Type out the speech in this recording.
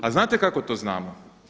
A znate kako to znamo?